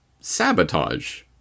sabotage